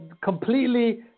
completely